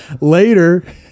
later